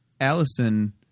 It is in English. Allison